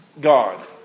God